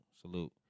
salute